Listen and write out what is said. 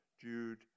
Jude